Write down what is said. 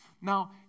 Now